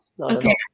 Okay